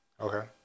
Okay